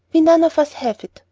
we none of us have it,